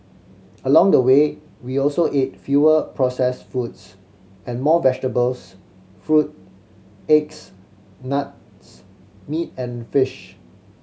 along the way we also ate fewer processed foods and more vegetables fruit eggs nuts meat and fish